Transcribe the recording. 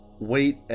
wait